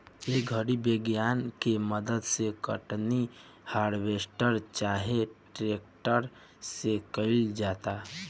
ए घड़ी विज्ञान के मदद से कटनी, हार्वेस्टर चाहे ट्रेक्टर से कईल जाता